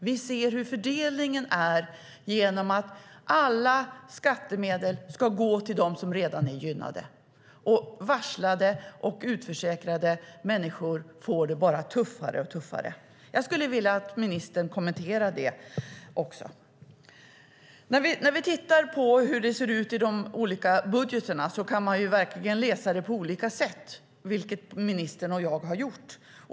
Vi ser hur fördelningen är genom att alla skattemedel ska gå till dem som redan är gynnade, medan varslade och utförsäkrade människor får det bara tuffare och tuffare. Jag skulle vilja att ministern kommenterade det. När man tittar på hur det ser ut i de olika budgetarna kan man verkligen läsa det på olika sätt, vilket ministern och jag har gjort.